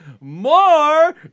more